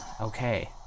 Okay